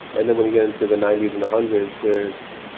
and then when you get into the nineties and the hundreds, there's,